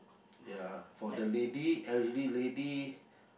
ya for the lady elderly lady